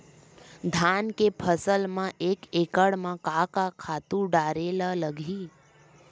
धान के फसल म एक एकड़ म का का खातु डारेल लगही?